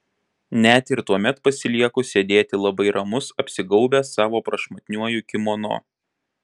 net ir tuomet pasilieku sėdėti labai ramus apsigaubęs savo prašmatniuoju kimono